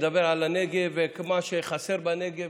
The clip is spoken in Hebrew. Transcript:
מדבר על הנגב ומה שחסר בנגב.